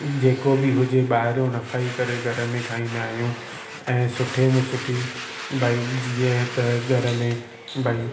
जेको बि हुजे ॿाहिरियों न खाई करे घर में खाईंदा आहियूं ऐं सुठे में सुठी भई जीअं त घर में भई